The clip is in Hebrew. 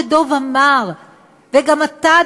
כמו שדב אמר וגם אתה,